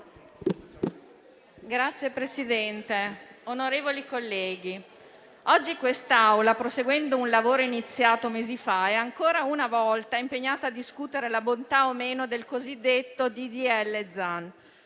Signor Presidente, onorevoli colleghi, oggi quest'Assemblea, proseguendo un lavoro iniziato mesi fa, è ancora una volta impegnata a discutere la bontà o meno del cosiddetto disegno